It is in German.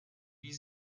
wie